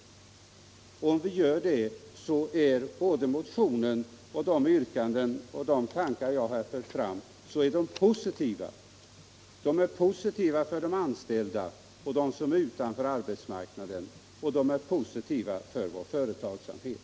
Om vi gör det, så är både motionens yrkanden och de tankar som jag här har fört fram positiva för de anställda och för dem som står utanför arbetsmarknaden — och positiva också för vår företagsamhet.